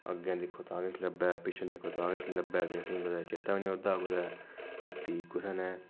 अग्गै दिक्खो तां नेईं किश लब्भै पिच्छै दिक्खो तां किश नी लब्भै असें कुतै चेता नी ओह्दा कुदै हट्टी कुत्थें न